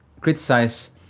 criticize